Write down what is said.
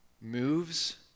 moves